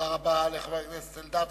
תודה רבה לחבר הכנסת אלדד.